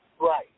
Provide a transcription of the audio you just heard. Right